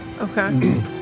Okay